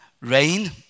rain